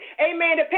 Amen